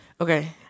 Okay